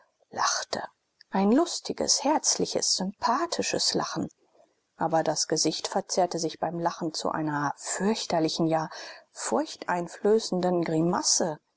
lachte ein lustiges herzliches sympathisches lachen aber das gesicht verzerrte sich beim lachen zu einer fürchterlichen ja furchteinflößenden grimasse